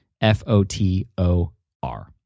F-O-T-O-R